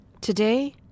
Today